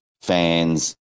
fans